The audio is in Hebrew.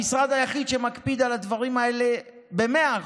המשרד היחיד שמקפיד על הדברים האלה ב-100%.